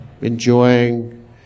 enjoying